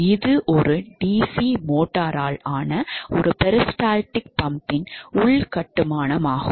இது ஒரு DC மோட்டாரால் ஆன ஒரு பெரிஸ்டால்டிக் பம்பின் உள் கட்டுமானமாகும்